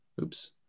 Oops